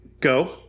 go